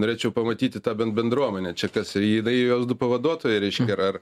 norėčiau pamatyti tą bendruomenę čia kas jinai jos du pavaduotojai reiškia ar ar